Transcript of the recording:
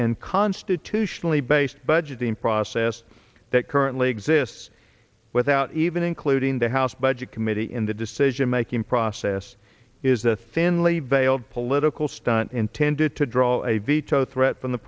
and constitutionally based budgeting process that currently exists without even including the house budget committee in the decision making process is a thinly veiled political stunt intended to draw a veto threat from the